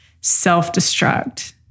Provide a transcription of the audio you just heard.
self-destruct